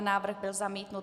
Návrh byl zamítnut.